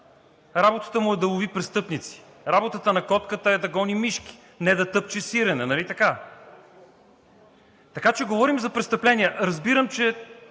работата му е да лови престъпници. Работата на котката е да гони мишки, не да тъпче сирене, нали така? Така че говорим за престъпление. Разбирам, че